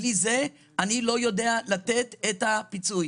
בלי זה אני לא יודע לתת את הפיצוי.